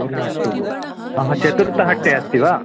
one नाट् टु नाम चतुर्थ अट्टे अस्ति वा